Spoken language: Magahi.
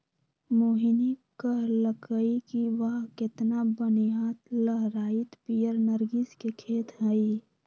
मोहिनी कहलकई कि वाह केतना बनिहा लहराईत पीयर नर्गिस के खेत हई